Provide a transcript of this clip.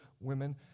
women